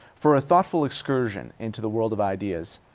for a thoughtful excursion into the world of ideas.